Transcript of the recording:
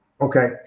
Okay